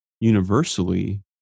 universally